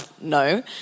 no